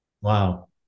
Wow